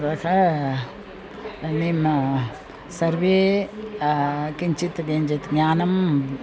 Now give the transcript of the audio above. रह निन् सर्वे किञ्चित् किञ्चित्ज्ञानं